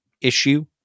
issue